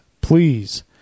please